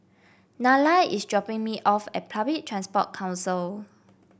Nylah is dropping me off at Public Transport Council